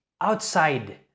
outside